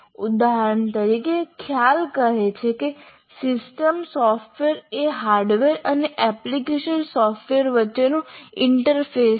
ઉદાહરણ તરીકે ખ્યાલ કહે છે કે સિસ્ટમ સોફ્ટવેર એ હાર્ડવેર અને એપ્લિકેશન સોફ્ટવેર વચ્ચેનું ઇન્ટરફેસ છે